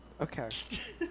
okay